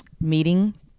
meeting